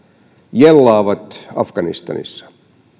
jellaavat afganistanissa